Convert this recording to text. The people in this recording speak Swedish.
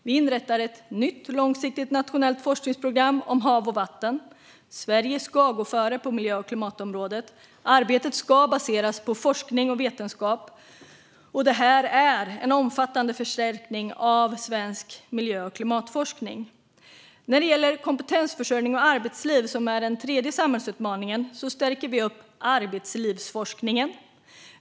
Vi inrättar ett nytt långsiktigt nationellt forskningsprogram om hav och vatten. Sverige ska gå före på miljö och klimatområdet. Arbetet ska baseras på forskning och vetenskap, och detta är en omfattande förstärkning av svensk klimat och miljöforskning. När det gäller kompetensförsörjning och arbetsliv, som är den tredje samhällsutmaningen, stärker vi arbetslivsforskningen.